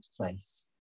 place